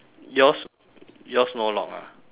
yours yours no lock ha